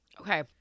Okay